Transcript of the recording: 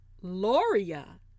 Loria